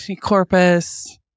Corpus